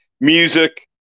music